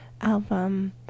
album